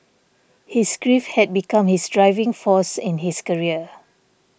his grief had become his driving force in his career